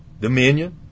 dominion